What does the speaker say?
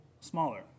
smaller